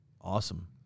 Awesome